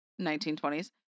1920s